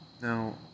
Now